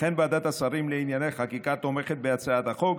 לכן, ועדת השרים לענייני חקיקה תומכת בהצעת החוק,